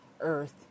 earth